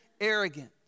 arrogant